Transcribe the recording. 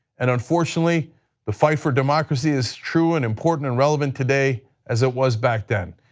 and unfortunately the fight for democracy is true and important and relevant, today as it was back then.